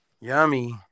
Yummy